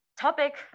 topic